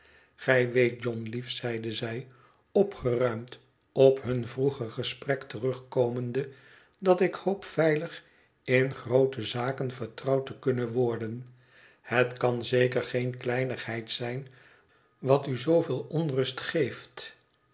tgij weet john lief zeide zij opgeruimd op hun vroeger gesprek terugkomende dat ik hoop veilig in groote zaken vertrouwd te kunnen worden het kan zeker geen kleinigheid zijn wat u zooveel onrust geeft